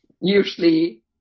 usually